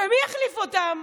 ומי יחליף אותם?